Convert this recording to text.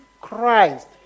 Christ